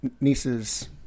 niece's